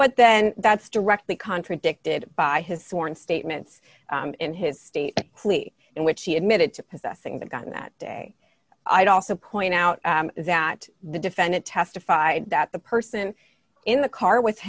but then that's directly contradicted by his sworn statements in his state police in which he admitted to possessing the gun that day i'd also point out that the defendant testified that the person in the car with